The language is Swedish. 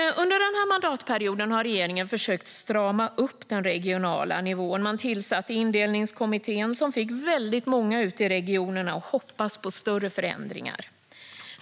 Under den här mandatperioden har regeringen försökt strama upp den regionala nivån. Man tillsatte Indelningskommittén, som fick väldigt många ute i regionerna att hoppas på större förändringar.